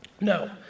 No